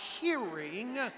hearing